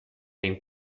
den